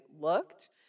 looked